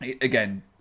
again